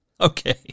okay